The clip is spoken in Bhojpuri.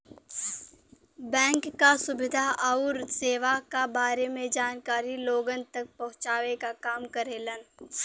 बैंक क सुविधा आउर सेवा क बारे में जानकारी लोगन तक पहुँचावे क काम करेलन